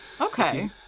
Okay